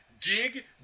dig